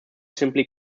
simply